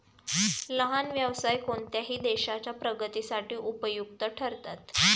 लहान व्यवसाय कोणत्याही देशाच्या प्रगतीसाठी उपयुक्त ठरतात